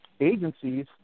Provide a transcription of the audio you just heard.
agencies